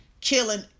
killing